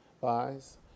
buys